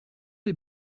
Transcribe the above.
les